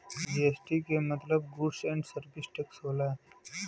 GST के मतलब goods and service tax होला